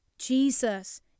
Jesus